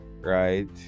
right